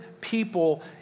people